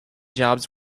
jobs